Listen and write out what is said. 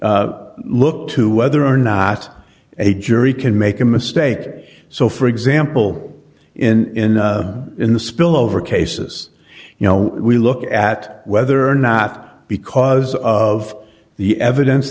look to whether or not a jury can make a mistake so for example in in the spillover cases you know we look at whether or not because of the evidence